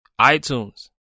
iTunes